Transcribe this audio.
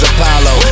Apollo